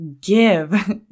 give